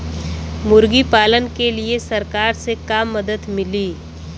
मुर्गी पालन के लीए सरकार से का मदद मिली?